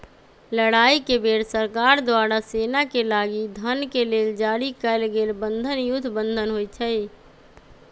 लड़ाई के बेर सरकार द्वारा सेनाके लागी धन के लेल जारी कएल गेल बन्धन युद्ध बन्धन होइ छइ